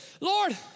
Lord